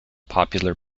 popular